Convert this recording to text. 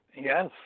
Yes